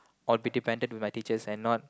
I'll be depended with my teachers and not